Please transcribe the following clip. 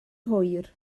hwyr